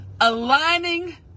aligning